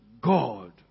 God